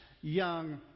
young